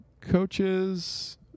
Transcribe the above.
Coaches